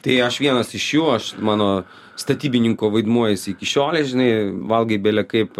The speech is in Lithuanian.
tai aš vienas iš jų aš mano statybininko vaidmuo jis iki šiolei žinai valgai bele kaip